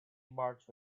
marked